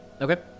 Okay